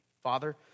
Father